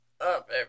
up